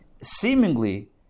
seemingly